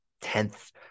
tenth